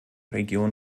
region